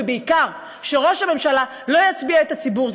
ובעיקר שראש הממשלה לא יטעה את הציבור,